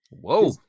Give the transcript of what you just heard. Whoa